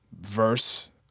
verse